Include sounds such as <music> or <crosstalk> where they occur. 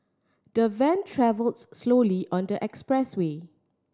the van travel <unintelligible> slowly on the expressway